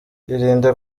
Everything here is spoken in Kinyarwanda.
irinde